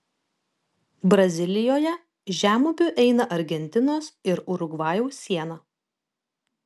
brazilijoje žemupiu eina argentinos ir urugvajaus siena